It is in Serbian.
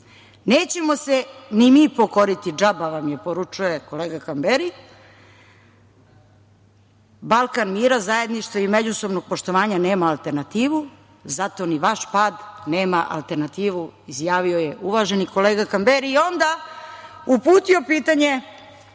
Nećemo se ni mi pokoriti, džaba vam je - poručuje kolega Kamberi, Balkan mira i zajedništva i međusobnog poštovanja nema alternativu, zato ni vaš pad nema alternativu - izjavio je uvaženi kolega Kamberi i onda uputio pitanje